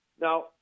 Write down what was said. Now